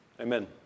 Amen